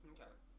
Okay